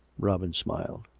robin smiled.